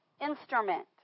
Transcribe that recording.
instrument